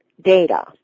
data